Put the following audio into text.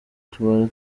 tubare